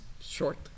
short